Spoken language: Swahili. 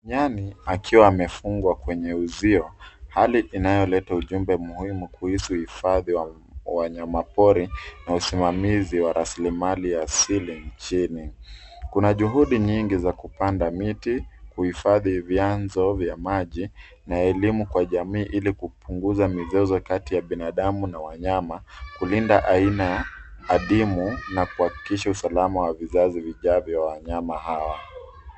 Nyani, akiwa amefungwa kwenye uzio, hali inayo leta ujumbe muhimu kuisu uifadhi wa wanyama pori na usimamizi wa rasilimali asili nchini. Kuna juhudi nyingi za kupanda miti, kuhifadhi vyanzo vya maji, na elimu kwa jamii ili kupunguza mizozo kati ya binadamu na wanyama, kulinda aina adimu na kuakisha usalama wa vijazi vijavyo vya wanyama hawa.